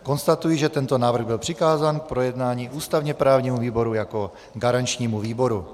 Konstatuji, že tento návrh byl přikázán k projednání ústavněprávnímu výboru jako garančnímu výboru.